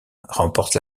remporte